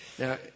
Now